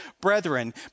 brethren